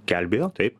gelbėjo taip